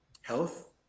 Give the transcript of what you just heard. Health